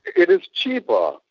it is cheaper, ah